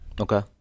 Okay